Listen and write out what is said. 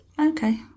Okay